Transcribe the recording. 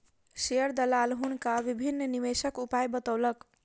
share दलाल हुनका विभिन्न निवेशक उपाय बतौलक